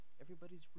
Everybody's